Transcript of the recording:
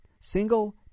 Single